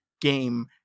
game